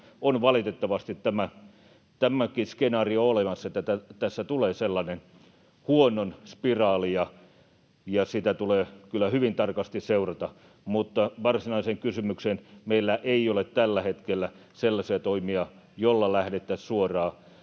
on valitettavasti tämäkin skenaario olemassa, että tässä tulee sellainen huonon spiraali, ja sitä tulee kyllä hyvin tarkasti seurata. Mutta varsinaiseen kysymykseen: Meillä ei ole tällä hetkellä sellaisia toimia, joilla lähdettäisiin suoraan